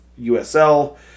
USL